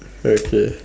okay